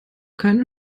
keine